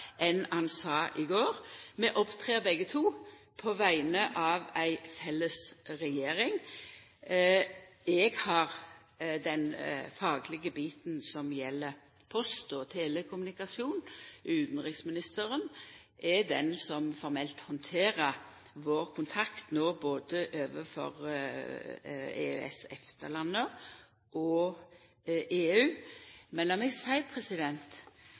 han sa i går. Vi opptrer begge to på vegner av ei felles regjering. Eg har den faglege biten som gjeld post og telekommunikasjon. Utanriksministeren er den som formelt handterer vår kontakt no overfor både EØS/EFTA-landa og EU. Men lat meg